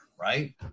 right